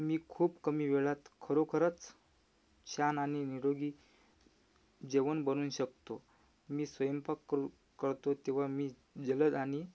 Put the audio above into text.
मी खूप कमी वेळात खरोखरच छान आणि निरोगी जेवण बनवू शकतो मी स्वयंपाक करु करतो तेव्हा मी जलद आणि